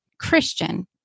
Christian